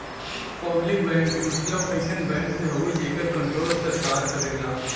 public bank क मतलब अइसन बैंक से हउवे जेकर कण्ट्रोल सरकार करेला